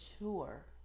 mature